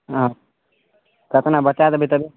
हँ कितना बता देबै तबे ने